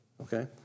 Okay